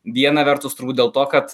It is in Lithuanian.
viena vertus turbūt dėl to kad